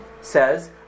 says